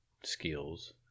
skills